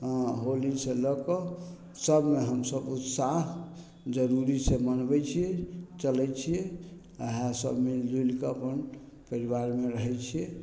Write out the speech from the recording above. हँ होलीसँ लअ कऽ सबमे हमसब उत्साह जरूरीसे मनबय छियै चलय छियै इएह सब मिलिजुलिके अपन परिवारमे रहय छियै